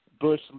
Bush